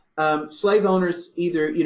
slave owners either, you